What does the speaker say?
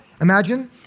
imagine